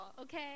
okay